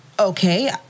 okay